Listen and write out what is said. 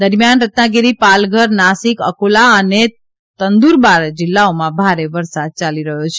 દરમિયાન રત્નાગીરી પાલઘર નાસિક અકોલા અને તંદુરબાર જીલ્લાઓમાં ભારે વરસાદ યાલી રહથો છે